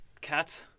cats